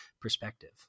perspective